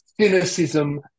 cynicism